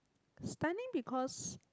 stunning because